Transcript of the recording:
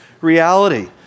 reality